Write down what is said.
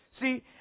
See